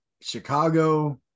Chicago